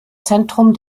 zentrum